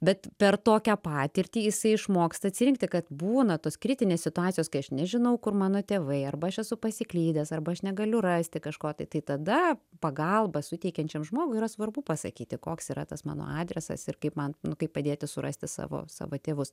bet per tokią patirtį jisai išmoksta atsirinkti kad būna tos kritinės situacijos kai aš nežinau kur mano tėvai arba aš esu pasiklydęs arba aš negaliu rasti kažko tai tada pagalbą suteikiančiam žmogui yra svarbu pasakyti koks yra tas mano adresas ir kaip man nu kaip padėti surasti savo savo tėvus